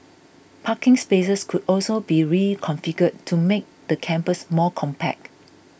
parking spaces could also be reconfigured to make the campus more compact